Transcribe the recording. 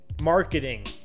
Marketing